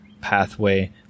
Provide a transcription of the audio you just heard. pathway